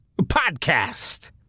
podcast